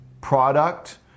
product